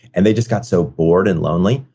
and they just got so bored and lonely.